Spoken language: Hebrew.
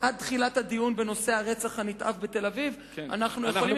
עד תחילת הדיון בנושא הרצח הנתעב בתל-אביב אנחנו יכולים,